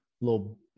little